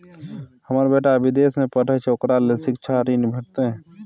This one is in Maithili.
हमर बेटा विदेश में पढै छै ओकरा ले शिक्षा ऋण भेटतै?